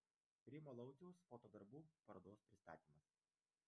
rimo lauciaus foto darbų parodos pristatymas